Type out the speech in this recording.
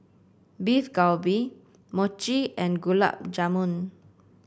Beef Galbi Mochi and Gulab Jamun